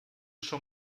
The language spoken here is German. schon